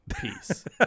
Peace